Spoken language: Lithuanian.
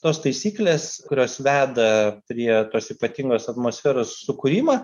tos taisyklės kurios veda prie tos ypatingos atmosferos sukūrimą